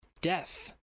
death